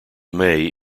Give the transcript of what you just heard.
may